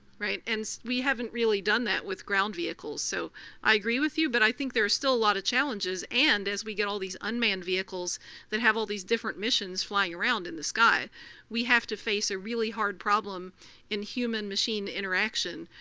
right? and we haven't really done that with ground vehicles. so i agree with you, but i think there's still a lot of challenges. and as we get all these unmanned vehicles that have all these different missions flying around in the sky we have to face a really hard problem in human machine interaction.